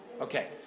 Okay